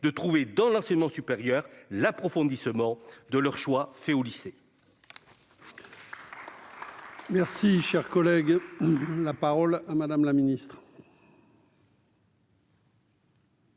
de trouver dans l'enseignement supérieur, l'approfondissement de leur choix fait au lycée. Merci, cher collègue, la parole à Madame la Ministre.